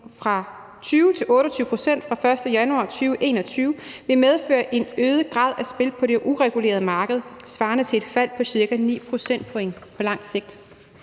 fra 20 pct. til 28 pct. fra 1. januar 2021 vil medføre en øget grad af spil på det uregulerede spilmarked svarende til et fald på ca. 9 pct-point på langt sigt«.